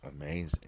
Amazing